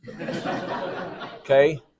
okay